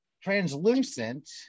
translucent